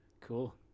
cool